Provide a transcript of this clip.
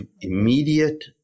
immediate